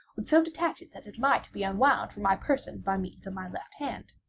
would so detach it that it might be unwound from my person by means of my left hand.